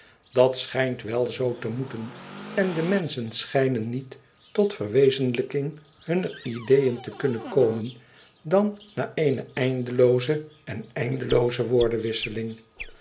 dat schijnt wel zoo te moeten en de menschen schijnen niet e ids aargang tot verwezenlijking hunner ideeën te kunnen komen dan na eene eindelooze en eindelooze woordenwisseling